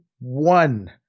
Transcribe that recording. one